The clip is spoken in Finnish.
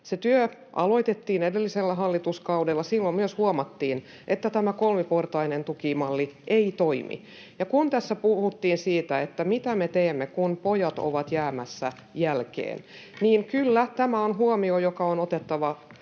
Se työ aloitettiin edellisellä hallituskaudella, ja silloin myös huomattiin, että kolmiportainen tukimalli ei toimi. Kun tässä puhuttiin siitä, mitä me teemme, kun pojat ovat jäämässä jälkeen, niin kyllä, tämä on huomio, joka on otettava